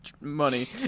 money